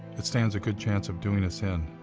it stands a good chance of doing us in.